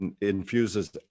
infuses